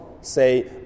say